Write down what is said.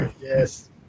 Yes